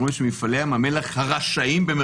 אתם רואים שמפעלי ים המלח "הרשעים"